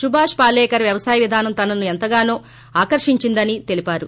సుభాష్ పాలేకర్ వ్యవసాయ విధానం తనను ఎంతగానో ఆకర్షించిందని తెలిపారు